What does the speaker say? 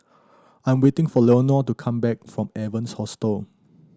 I'm waiting for Leonor to come back from Evans Hostel